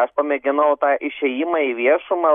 aš pamėginau tą išėjimą į viešumą